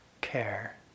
care